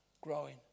growing